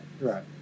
Right